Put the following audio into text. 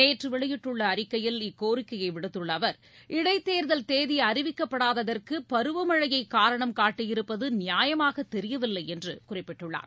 நேற்று வெளியிட்டுள்ள அறிக்கையில் இக்கோரிக்கையை விடுத்துள்ள அவர் இடைத் தேர்தல் தேதி அறிவிக்கப்படாததற்கு பருவமழையை காரணம் காட்டியிருப்பது நியாயமாக தெரியவில்லை என்று குறிப்பிட்டுள்ளார்